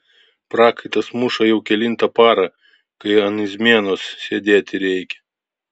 prakaitas muša jau kelinta para kai ant izmienos sėdėti reikia